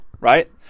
right